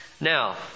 Now